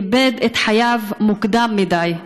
איבד את חייו מוקדם מדי.